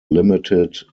limited